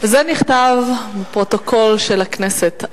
וזה נכתב בפרוטוקול של הכנסת.